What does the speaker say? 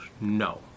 no